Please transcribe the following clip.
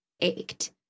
ached